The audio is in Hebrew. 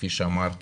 כפי שאמרת